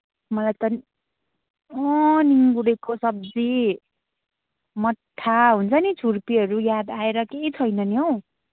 मलाई त नि निगुरेको सब्जी मट्ठा हुन्छ नि छुर्पीहरू याद आएर केही छैन नि हो